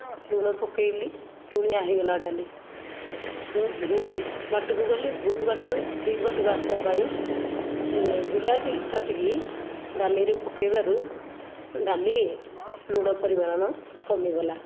ଲୁଣ ପକାଇଲି ଲୁଣିଆ ହୋଇଗଲା ଡାଲି ମୁଁ ଭୁଲ ବାଟକୁ ଗଲି ଭୁଲ ବାଟରୁ ଠିକ ବାଟକୁ ଆସିବା ପାଇଁ ବିଲାତି କାଟିକି ଡାଲିରେ ପକାଇବାରୁ ଡାଲି ଲୁଣ ପରିମାଣ କମିଗଲା